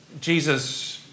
Jesus